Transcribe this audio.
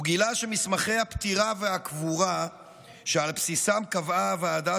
הוא גילה שמסמכי הפטירה והקבורה שעל בסיסם קבעה הוועדה